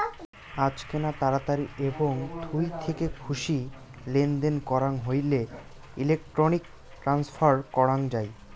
আজকেনা তাড়াতাড়ি এবং থুই থেকে খুশি লেনদেন করাং হইলে ইলেক্ট্রনিক ট্রান্সফার করাং যাই